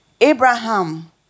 Abraham